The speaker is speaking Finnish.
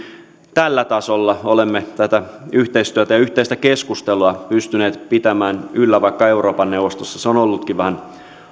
tällä tasolla olemme tätä yhteistyötä ja yhteistä keskustelua pystyneet pitämään yllä vaikka euroopan neuvostossa se on ollutkin vähän